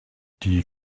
die